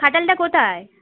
খাটালটা কোথায়